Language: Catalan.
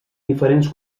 diferents